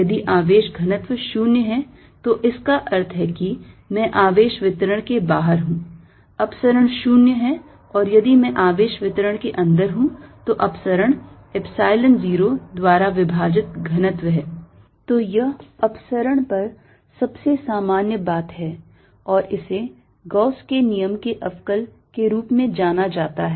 यदि आवेश घनत्व शून्य है तो इसका अर्थ है कि मैं आवेश वितरण के बाहर हूं अपसरण शून्य है और यदि मैं आवेश वितरण के अंदर हूं तो अपसरण epsilon zero द्वारा विभाजित घनत्व है तो यह अपसरण पर सबसे सामान्य बात है और इसे गाउस के नियम के अवकल रूप में जाना जाता है